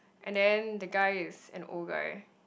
and then the guy is an old guy